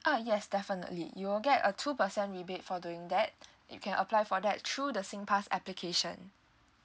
ah yes definitely you will get a two percent rebate for doing that you can apply for that through the singpass application